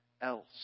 else